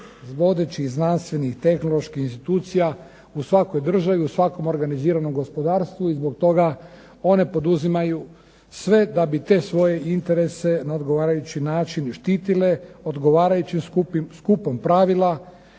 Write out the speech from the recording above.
vodećih znanstvenih i tehnoloških institucija u svakoj državi, u svakom organiziranom gospodarstvu i zbog toga one poduzimaju sve da bi te svoje interese na odgovarajući način štitile odgovarajućim skupom pravila